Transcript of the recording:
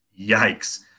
Yikes